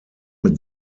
mit